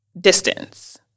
distance